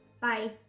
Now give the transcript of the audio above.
Bye